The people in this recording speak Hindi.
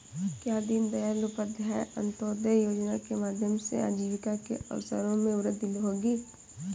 क्या दीन दयाल उपाध्याय अंत्योदय योजना के माध्यम से आजीविका के अवसरों में वृद्धि होगी?